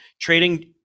trading